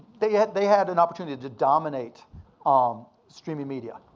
they had they had an opportunity to dominate um streaming media.